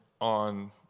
on